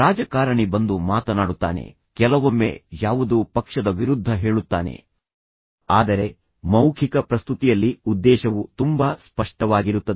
ರಾಜಕಾರಣಿ ಬಂದು ಮಾತನಾಡುತ್ತಾನೆ ಕೆಲವೊಮ್ಮೆ ಯಾವುದೋ ಪಕ್ಷದ ವಿರುದ್ಧ ಹೇಳುತ್ತಾನೆ ಆದರೆ ಮೌಖಿಕ ಪ್ರಸ್ತುತಿಯಲ್ಲಿ ಉದ್ದೇಶವು ತುಂಬಾ ಸ್ಪಷ್ಟವಾಗಿರುತ್ತದೆ